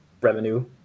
revenue